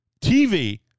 TV